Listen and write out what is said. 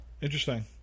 Interesting